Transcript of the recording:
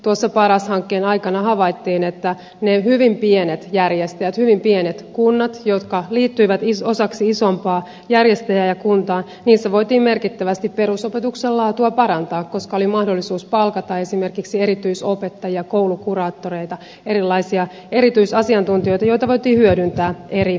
tuossa paras hankkeen aikana havaittiin että ne hyvin pienet järjestäjät hyvin pienet kunnat jotka liittyivät osaksi isompaan järjestäjäkuntaan niissä voitiin merkittävästi perusopetuksen laatua parantaa koska oli mahdollisuus palkata esimerkiksi erityisopettajia koulukuraattoreita erilaisia erityisasiantuntijoita joita voitiin hyödyntää eri kouluissa